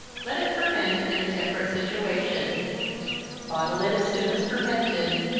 let it ferment in a temperate situation bottle it as soon as fermented,